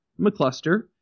McCluster